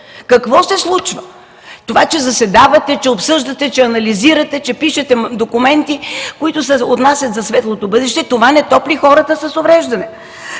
Какво се случва? Това, че заседавате, че обсъждате, че анализирате, че пишете документи, които се отнасят за светлото бъдеще, това не топли хората с увреждане.